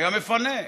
היה מפנה.